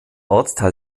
ortsteil